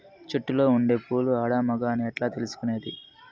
చెట్టులో ఉండే పూలు ఆడ, మగ అని ఎట్లా తెలుసుకునేది?